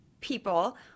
people